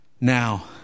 Now